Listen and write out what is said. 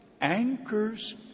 anchors